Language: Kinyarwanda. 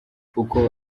uko